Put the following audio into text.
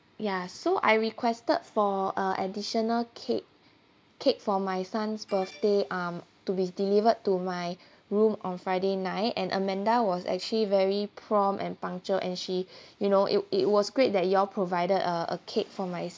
ya so I requested for uh additional cake cake for my son's birthday mm to be delivered to my room on friday night and amanda was actually very prompt and puncture and she you know it it was great that you all provided a a cake for my